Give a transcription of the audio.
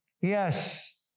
Yes